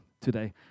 today